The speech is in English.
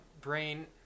brain